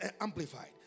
amplified